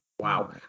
Wow